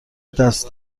دست